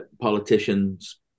politicians